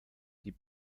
die